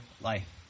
life